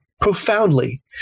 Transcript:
profoundly